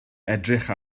edrych